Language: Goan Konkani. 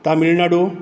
तामिलनाडू